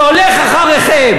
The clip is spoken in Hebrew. שהולך אחריכם